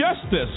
justice